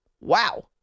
Wow